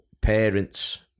parents